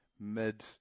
Mid